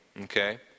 okay